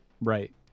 right